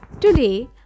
Today